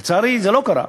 ולצערי, זה לא קרה.